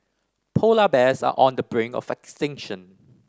polar bears are on the brink of extinction